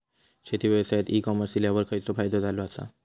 शेती व्यवसायात e commerce इल्यावर खयचो फायदो झालो आसा?